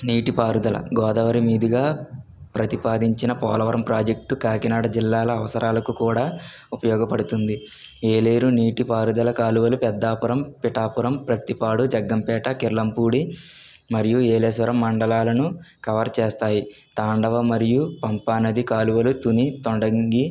నీటిపారుదల గోదావరి మీదుగా ప్రతిపాదించిన పోలవరం ప్రాజెక్టు కాకినాడ జిల్లాల అవసరాలకు కూడా ఉపయోగపడుతుంది ఏలేరు నీటిపారుదల కాలువలు పెద్దాపురం పిఠాపురం ప్రత్తిపాడు జగ్గంపేట కిర్లంపూడి మరియు ఏలేశ్వరం మండలాలను కవర్ చేస్తాయి తాండవ మరియు పంపానది కాలువలు తుని తొండంగి